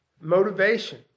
Motivation